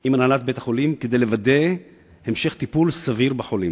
עם הנהלת בית-החולים כדי לוודא המשך טיפול סביר בחולים.